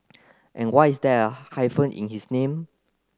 and why is there hyphen in his name